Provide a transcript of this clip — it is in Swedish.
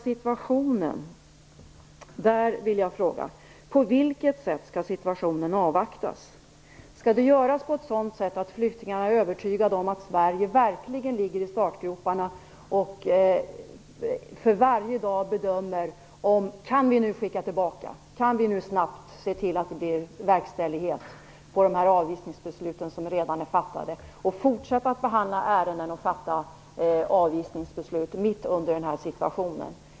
Jag vill fråga på vilket sätt utvecklingen av situationen skall avvaktas. Skall det göras på ett sådant sätt att flyktingarna blir övertygade om att Sverige verkligen ligger i startgroparna och för varje dag bedömer om vi snabbt kan verkställa de avvisningsbeslut som redan är fattade och fortsätta att behandla ärenden och fatta avvisningsbeslut mitt under den här situationen?